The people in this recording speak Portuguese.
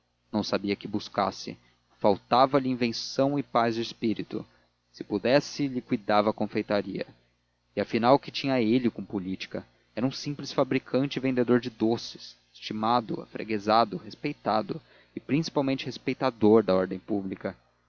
não sabia que buscasse faltava-lhe invenção e paz de espírito se pudesse liquidava a confeitaria e afinal que tinha ele com política era um simples fabricante e vendedor de doces estimado afreguesado respeitado e principalmente respeitador da ordem pública